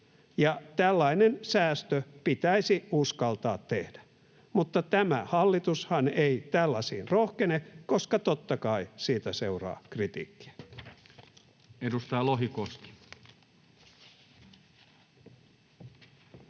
tällainen säästö pitäisi uskaltaa tehdä. Mutta tämä hallitushan ei tällaisiin rohkene, koska totta kai siitä seuraa kritiikkiä.